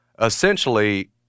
essentially –